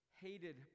hated